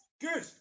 good